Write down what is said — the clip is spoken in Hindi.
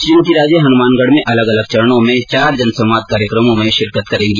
श्रीमती राजे हनुमानगढ में अलग अलग चरणों में चार जनसंवाद कार्यक्रमों में शिरकत करेंगी